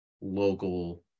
local